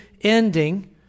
ending